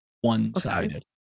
one-sided